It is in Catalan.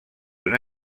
una